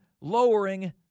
lowering